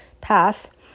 path